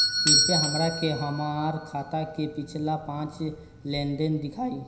कृपया हमरा के हमार खाता के पिछला पांच लेनदेन देखाईं